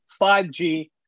5G